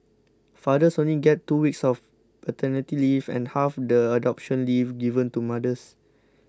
fathers only get two weeks of paternity leave and half the adoption leave given to mothers